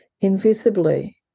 invisibly